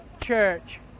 church